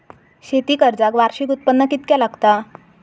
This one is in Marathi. शेती कर्जाक वार्षिक उत्पन्न कितक्या लागता?